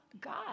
god